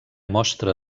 mostra